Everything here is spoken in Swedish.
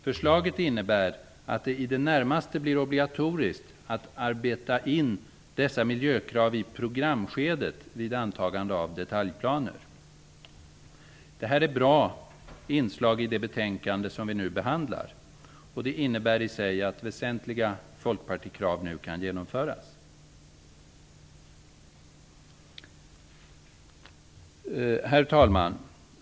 Förslaget innebär att det i det närmaste blir obligatoriskt att arbeta in dessa miljökrav i programskedet vid antagande av detaljplaner. Det här är bra inslag i det betänkande som vi nu behandlar, och det innebär i sig att väsentliga folkpartikrav nu kan genomföras. Herr talman!